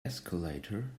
escalator